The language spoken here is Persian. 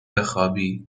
بخوابی